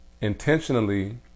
intentionally